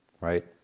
right